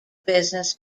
business